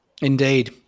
Indeed